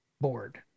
board